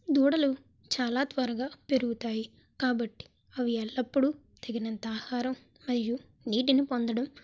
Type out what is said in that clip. దూడలు చాలా త్వరగా పెరుగుతాయి కాబట్టి అవి ఎల్లప్పుడూ తగినంత ఆహరం మరియు నీటిని పొందడం